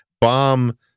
bomb